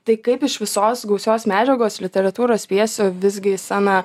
tai kaip iš visos gausios medžiagos literatūros pjesių visgi į sceną